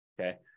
okay